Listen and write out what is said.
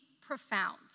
profound